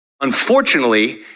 Unfortunately